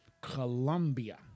Colombia